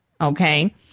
Okay